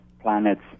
planets